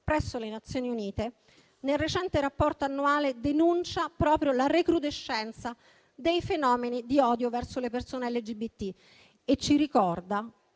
presso le Nazioni Unite, nel recente rapporto annuale denuncia proprio la recrudescenza dei fenomeni di odio verso le persone LGBT: ci ricorda